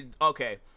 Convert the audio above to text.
okay